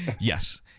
Yes